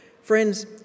Friends